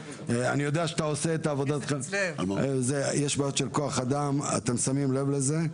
יש בעיות של כוח אדם, אתם שמים לב לזה.